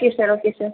okay sir okay sir